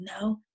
no